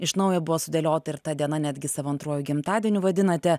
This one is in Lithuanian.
iš naujo buvo sudėliota ir ta diena netgi savo antruoju gimtadieniu vadinate